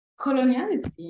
coloniality